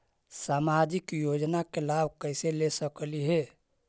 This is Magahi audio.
सामाजिक योजना के लाभ कैसे ले सकली हे?